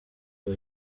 bwo